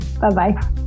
Bye-bye